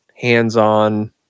hands-on